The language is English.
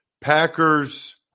Packers